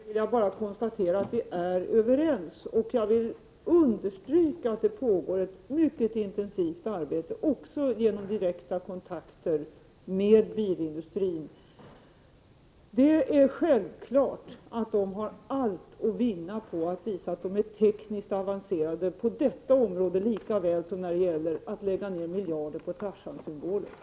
Herr talman! Fortfarande, Viola Furubjelke, vill jag bara konstatera att vi är överens. Jag vill understryka att det pågår ett mycket intensivt arbete också genom direkta kontakter med bilindustrin. Självklart har de allt att vinna på att visa att de är tekniskt avancerade på detta område lika väl som när det gäller att lägga ner miljarder på Tarzansymboler.